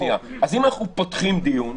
אם אנחנו פותחים דיון,